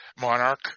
Monarch